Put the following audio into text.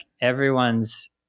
everyone's